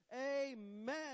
amen